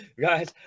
Guys